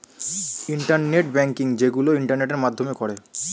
internet banking যেইগুলো ইন্টারনেটের মাধ্যমে করে